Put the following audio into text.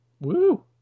Woo